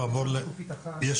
יש